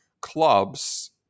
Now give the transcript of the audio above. clubs